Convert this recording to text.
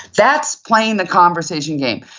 that's playing the conversation game.